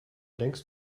denkst